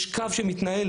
יש קו שמתנהל,